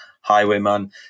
Highwayman